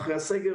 סגר,